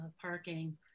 parking